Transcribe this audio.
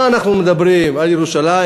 אז מה אנחנו מדברים, על ירושלים?